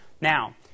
Now